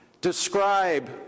describe